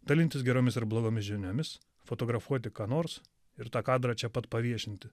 dalintis geromis ar blogomis žiniomis fotografuoti ką nors ir tą kadrą čia pat paviešinti